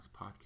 Podcast